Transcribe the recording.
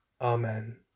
Amen